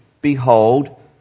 Behold